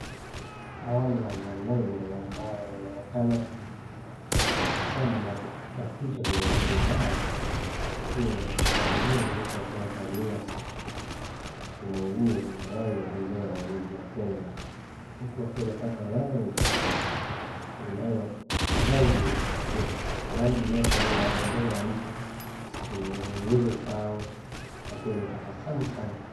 Hawa ni wazalendo ambao wanaonekana kutabasamu na kupiga picha kwenye simu zao wakiwa wenye tabasamu mengi huku wakiwa wamevalia nguo yenye rangi ya bendera ya nchi ya Kenya huku wakiwa wamepaka rangi inayo rangi rangi inayofanana na ya bendera ya nchi kwenye nyuso zao wakiwa wenye tabasamu sana.